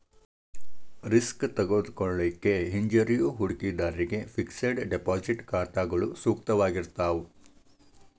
risk ತೆಗೆದುಕೊಳ್ಳಿಕ್ಕೆ ಹಿಂಜರಿಯೋ ಹೂಡಿಕಿದಾರ್ರಿಗೆ ಫಿಕ್ಸೆಡ್ ಡೆಪಾಸಿಟ್ ಖಾತಾಗಳು ಸೂಕ್ತವಾಗಿರ್ತಾವ